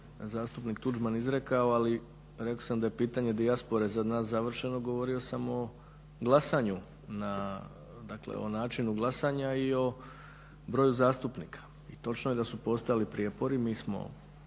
zastupnik Tuđman izrekao ali rekao sam da je pitanje dijaspore za nas završeno, govorio sam o glasanju, dakle o načinu glasanja i o broju zastupnika i točno je da su postojali prijepori,